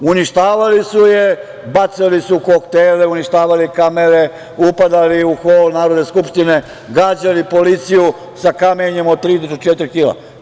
Uništavali su je, bacali su koktele, uništavali kamere, upadali u hol Narodne skupštine, gađali policiju sa kamenjem od tri do četiri kilograma.